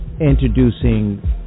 introducing